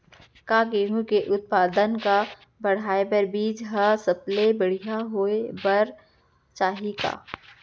का गेहूँ के उत्पादन का बढ़ाये बर बीज ह सबले बढ़िया होय बर चाही का?